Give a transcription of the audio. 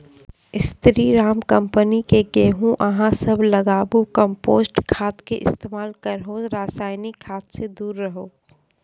स्री Ram company के गेहूँ अहाँ सब लगाबु कम्पोस्ट खाद के इस्तेमाल करहो रासायनिक खाद से दूर रहूँ?